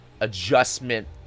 adjustment